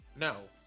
No